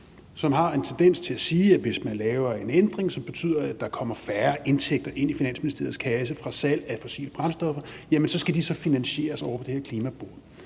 som har en tendens til at sige, at hvis man laver en ændring, som betyder, at der kommer færre indtægter ind i Finansministeriets kasse fra salg af fossile brændstoffer, skal de så finansieres ovre på det her klimabord.